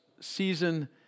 season